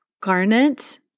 Garnet